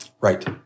Right